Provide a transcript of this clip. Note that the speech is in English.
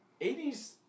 80s